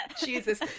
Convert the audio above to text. jesus